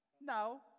now